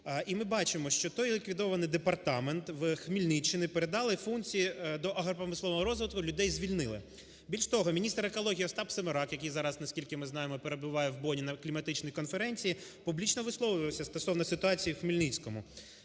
І ми бачимо, що той ліквідований департамент в Хмельниччині передали функції до агропромислового розвитку, людей звільнили. Більше того, міністр екології Остап Семерак, який зараз, наскільки ми знаємо, перебуває в Боні на кліматичній конференції, публічно висловлювався стосовно ситуації в Хмельницькому.